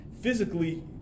Physically